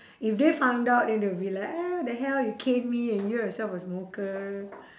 if they found out then they'll be like eh what the hell you cane me and you yourself a smoker